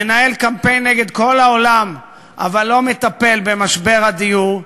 מנהל קמפיין נגד כל העולם אבל לא מטפל במשבר הדיור,